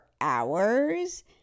hours